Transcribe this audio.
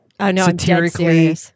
satirically